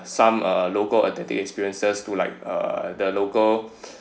some uh local authentic experiences tour like uh the local